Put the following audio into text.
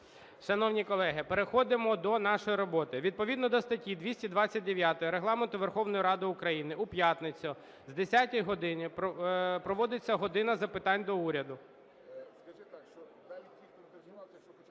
Шановні колеги, переходимо до нашої роботи. Відповідно до статті 229 Регламенту Верховної Ради України у п'ятницю о 10 годині проводиться "година запитань до Уряду".